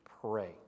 Pray